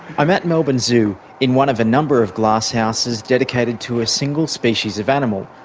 i'm at melbourne zoo in one of a number of glasshouses dedicated to a single species of animal,